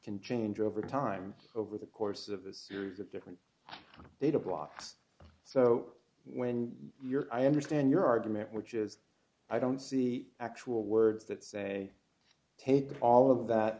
can change over time over the course of a series of different data blocks so when your i understand your argument which is i don't see actual words that say take all of that